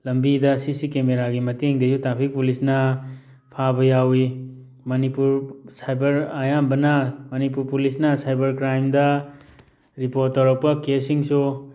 ꯂꯝꯕꯤꯗ C C ꯀꯦꯃꯦꯔꯥꯒꯤ ꯃꯇꯦꯡꯗꯒꯤ ꯇ꯭ꯔꯥꯐꯤꯛ ꯄꯨꯂꯤꯁꯅ ꯐꯥꯕ ꯌꯥꯎꯏ ꯃꯅꯤꯄꯨꯔ ꯁꯥꯏꯕꯔ ꯑꯌꯥꯝꯕꯅ ꯃꯅꯤꯄꯨꯔ ꯄꯨꯂꯤꯁꯅ ꯁꯥꯏꯕꯔ ꯀ꯭ꯔꯥꯏꯝꯗ ꯔꯤꯄꯣꯔꯠ ꯇꯧꯔꯛꯄ ꯀꯦꯁꯁꯤꯡꯁꯨ